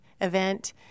event